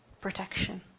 protection